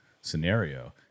scenario